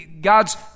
God's